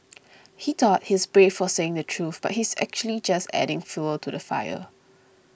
he thought he's brave for saying the truth but he's actually just adding fuel to the fire